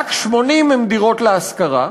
רק 80 הן דירות להשכרה,